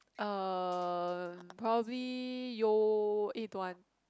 uh probably yo eh don't want